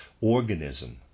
organism